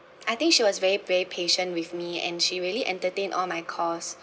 I think she was very very patient with me and she really entertain all my calls